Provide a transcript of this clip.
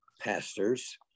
pastors